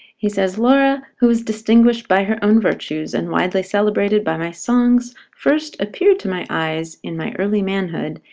he says, laura, who was distinguished by her own virtues, and widely celebrated by my songs, first appeared to my eyes in my early manhood,